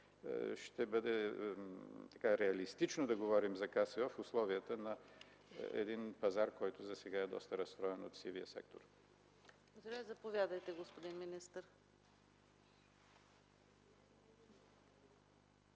ще бъде реалистично да говорим за КСО в условията на един пазар, който засега е доста разстроен от сивия сектор?